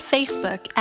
Facebook